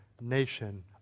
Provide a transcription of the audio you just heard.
nation